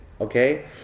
Okay